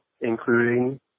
including